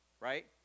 Right